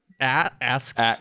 Asks